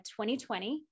2020